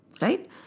right